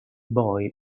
boy